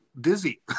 dizzy